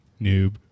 noob